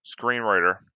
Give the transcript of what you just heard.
screenwriter